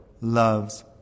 loves